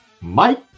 Mike